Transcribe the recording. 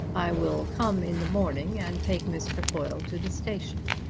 i will come in the morning and take miss trefoil to the station,